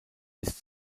ist